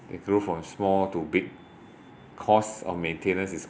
they grow from small to big cost of maintenance is